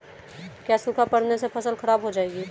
क्या सूखा पड़ने से फसल खराब हो जाएगी?